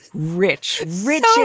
rich. rich.